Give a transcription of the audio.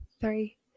three